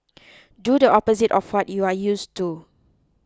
do the opposite of what you are use to